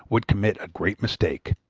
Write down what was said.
would commit a great mistake.